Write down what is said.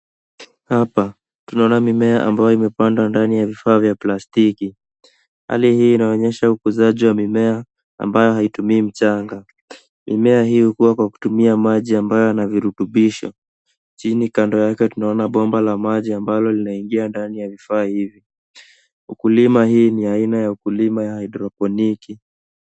Hapa tunaona mimea ambayo imepandwa ndani ya vifaa vya plastiki. Hali hii inaonyesha ukuzaji wa mimea ambayo haitumii mchanga. Mimea hii hukua kwa kutumia maji ambayo yana virutubishi. Chini kando yake tunaona bomba la maji ambalo linaingia ndani ya vifaa hivi. Ukulima hii ni aina ya haidroponiki.